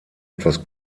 etwas